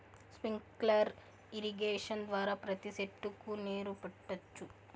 sprinkler irrigation ద్వారా ప్రతి సెట్టుకు నీరు పెట్టొచ్చు